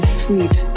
sweet